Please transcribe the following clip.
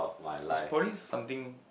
it's probably something